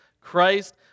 Christ